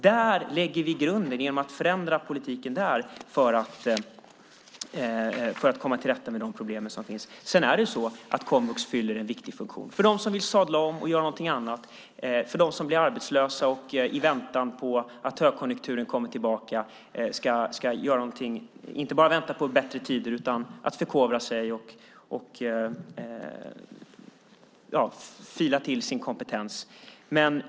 Där lägger vi grunden genom att förändra politiken för att komma till rätta med de problem som finns. Sedan är det så att komvux fyller en viktig funktion för dem som vill sadla om och göra någonting annat, för dem som blir arbetslösa och i väntan på att högkonjunkturen kommer tillbaka inte bara ska vänta på bättre tider utan förkovra sig och fila till sin kompetens.